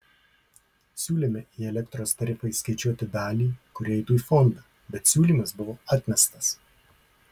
siūlėme į elektros tarifą įskaičiuoti dalį kuri eitų į fondą bet siūlymas buvo atmestas